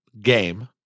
game